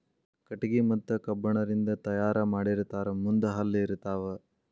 ಕಟಗಿ ಮತ್ತ ಕಬ್ಬಣ ರಿಂದ ತಯಾರ ಮಾಡಿರತಾರ ಮುಂದ ಹಲ್ಲ ಇರತಾವ